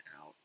out